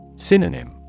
Synonym